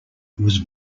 was